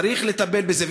צריך לטפל בזה.